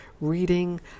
reading